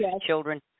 children